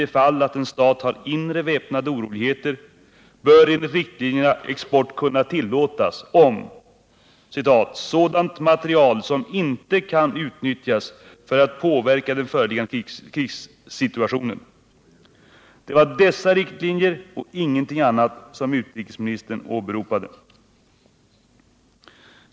det fall att en stat har inre väpnade oroligheter, bör enligt riktlinjerna export kunna tillåtas av ”sådan materiel som inte kan utnyttjas för att påverka den föreliggande krissituationen”. Det var dessa riktlinjer och ingenting annat som utrikesministern åberopade.